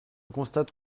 constate